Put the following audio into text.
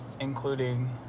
Including